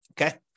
Okay